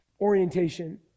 orientation